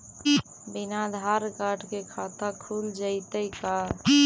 बिना आधार कार्ड के खाता खुल जइतै का?